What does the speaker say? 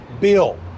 bill